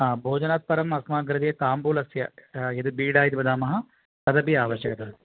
भोजनात् परम् अस्माक् कृते ताम्बूलस्य यत् बीडा इति वदामः तदपि आवश्यकता अस्ति